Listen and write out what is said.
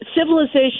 Civilization